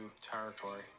territory